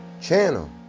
channel